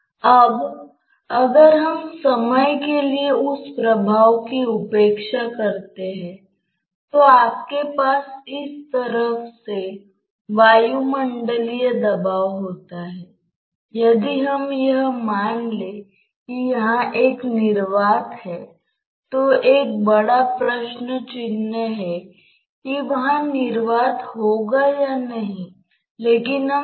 लेकिन अगर आपके पास कोई श्यानता प्रभाव नहीं है तो दीवार का प्रभाव द्रव में प्रसारित नहीं किया गया है